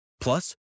Plus